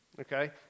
Okay